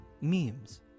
memes